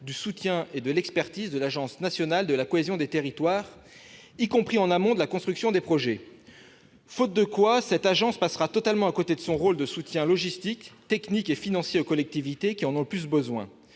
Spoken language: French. du soutien et de l'expertise de l'agence nationale de la cohésion des territoires, y compris en amont de la construction des projets. À défaut, cette agence passera totalement à côté de son rôle de soutien logistique, technique et financier aux collectivités qui en ont le plus besoin.